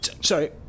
Sorry